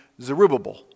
Zerubbabel